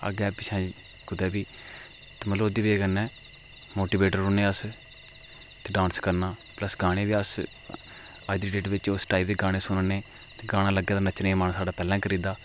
अग्गें पिच्छें कुतै बी ते मतलब एह्दी वजह् नै मोटिवेट रौह्ने अस डांस करना प्लस्स गाने बी अस अज्ज दी डेट बिच अस उस टाईप दे गाने सनान्ने ते गाना लग्गे दे साढ़ा नच्चने गी मन पैह्लै करी जंदा